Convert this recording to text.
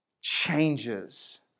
changes